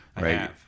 right